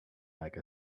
like